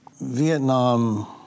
Vietnam